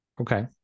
okay